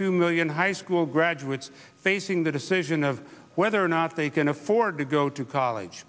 two million high school graduates facing the decision of whether or not they can afford to go to college